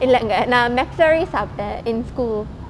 இல்லங்கே நா:illengge naa McFlurry சாப்டே:saapte in school